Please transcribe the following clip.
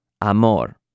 Amor